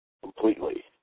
completely